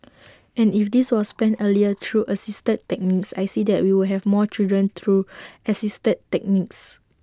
and if this was planned earlier through assisted techniques I see that we would have more children through assisted techniques